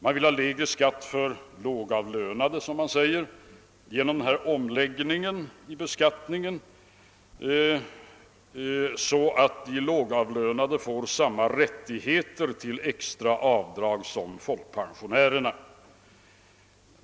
Man vill ha lägre skatt för lågavlönade genom en omläggning av beskattningen så att dessa, såsom man säger, får samma rättigheter till extra avdrag som folkpensionärerna.